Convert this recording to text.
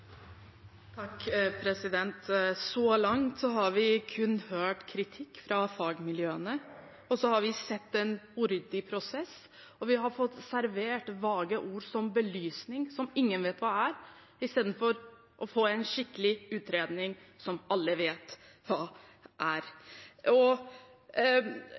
Så langt har vi hørt kun kritikk fra fagmiljøene, vi har sett en uryddig prosess, og vi har blitt servert vage ord, som «belysning», som ingen vet hva er, istedenfor å få en skikkelig utredning, som alle vet hva er.